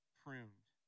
pruned